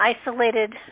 isolated